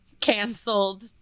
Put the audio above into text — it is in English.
canceled